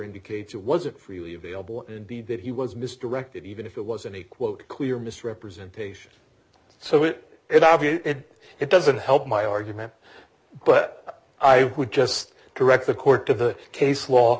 indicates it wasn't freely available indeed that he was misdirected even if it was any quote clear misrepresentation so it is obvious it doesn't help my argument but i would just direct the court of the case law